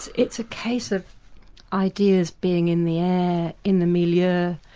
it's a case of ideas being in the air, in the milieu, ah